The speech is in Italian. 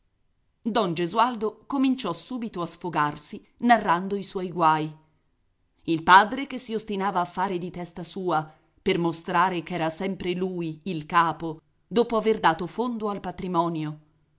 don gesualdo cominciò subito a sfogarsi narrando i suoi guai il padre che si ostinava a fare di testa sua per mostrare ch'era sempre lui il capo dopo aver dato fondo al patrimonio